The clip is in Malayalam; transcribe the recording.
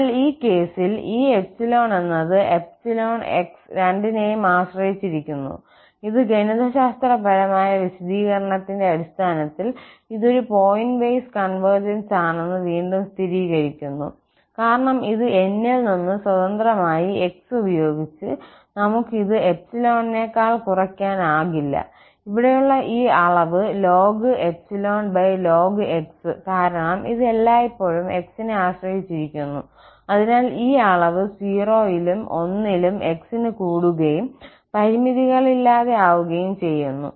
എന്നാൽ ഈ കേസിൽ ഈ 𝜖 എന്നത് 𝜖 𝑥 രണ്ടിനെയും ആശ്രയിച്ചിരിക്കുന്നു ഇത് ഗണിതശാസ്ത്രപരമായ വിശദീകരണത്തിന്റെ അടിസ്ഥാനത്തിൽ ഇത് ഒരു പോയിന്റ് വൈസ് കൺവെർജൻസ് ആണെന്ന് വീണ്ടും സ്ഥിരീകരിക്കുന്നു കാരണം ഇത് N ൽ നിന്ന് സ്വതന്ത്രമായി x ഉപയോഗിച്ച് നമുക്ക് ഇത് 𝜖 ക്കാൾ കുറയ്ക്കാനാകില്ല ഇവിടെയുള്ള ഈ അളവ് x കാരണം ഇത് എല്ലായ്പ്പോഴും x നെ ആശ്രയിച്ചിരിക്കുന്നു അതിനാൽ ഈ അളവ് 0 ലും 1 ലും 𝑥 ന് കൂടുകയും പരിമിതികളില്ലാതെ ആകുകയും ചെയ്യുന്നു